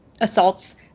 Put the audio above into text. assaults